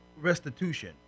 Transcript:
restitution